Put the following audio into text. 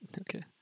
Okay